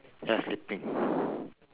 ya sleeping